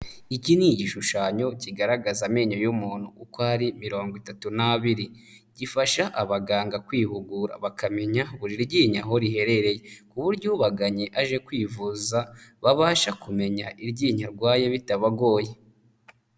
Iki ni igishushanyo kigaragaza amenyo y'umuntu uko ari mirongo itatu n'abiri, gifasha abaganga kwihugura bakamenya buri ryinyo aho riherereye, ku buryo ubagannye aje kwivuza babasha kumenya iryinyo arwaye bitabagoye.